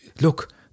look